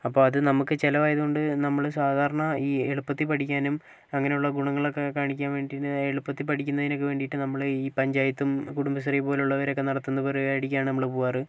അപ്പോൾ അത് നമുക്ക് ചിലവായതുകൊണ്ട് നമ്മൾ സാധാരണ ഈ എളുപ്പത്തിൽ പഠിക്കാനും അങ്ങനെയുള്ള ഗുണങ്ങളൊക്കെ കാണിക്കാൻ വേണ്ടി എളുപ്പത്തിൽ പഠിക്കുന്നതിനൊക്കെ വേണ്ടിയിട്ട് നമ്മളെ ഈ പഞ്ചായത്തും കുടുംബശ്രീ പോലുള്ളവരൊക്കെ നടത്തുന്ന പരിപാടിക്കാണ് നമ്മൾ പോവാറ്